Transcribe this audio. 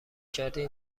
کردی